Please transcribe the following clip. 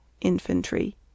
Infantry